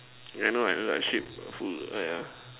yeah I know I know the sheep full oh yeah